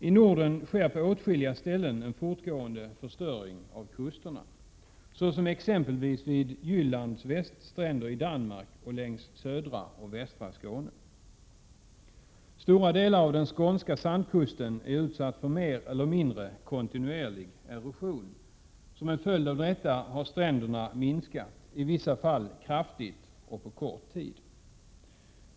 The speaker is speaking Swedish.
I Norden sker det på åtskilliga ställen en fortgående förstöring av kusterna, t.ex. vid Jyllands väststränder i Danmark och längs södra och västra Skåne. Stora delar av den skånska sandkusten är utsatta för mer eller mindre kontinuerlig erosion. Som en följd av detta har stränderna minskat, i vissa fall kraftigt och på kort tid.